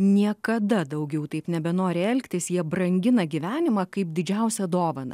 niekada daugiau taip nebenori elgtis jie brangina gyvenimą kaip didžiausią dovaną